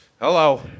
Hello